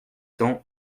cents